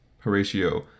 Horatio